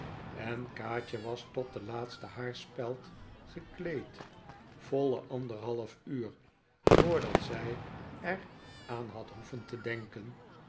en kaatje was tot de laatste haarspeld gekleed voile anderhalf uur voordat zij er aan had hoeven te denken